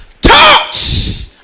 touch